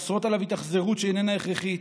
שאוסרות עליו התאכזרות שאיננה הכרחית.